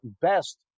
best